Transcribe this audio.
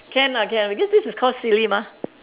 can lah can because this is called silly mah